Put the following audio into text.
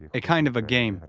a kind of a game.